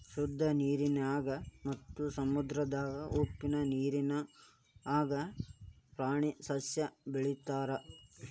ಶುದ್ದ ನೇರಿನ್ಯಾಗ ಮತ್ತ ಸಮುದ್ರದ ಉಪ್ಪ ನೇರಿನ್ಯಾಗುನು ಪ್ರಾಣಿ ಸಸ್ಯಾ ಬೆಳಿತಾರ